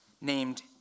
named